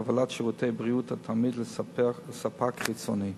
הפעלת שירותי בריאות התלמיד לספק חיצוני.